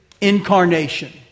incarnation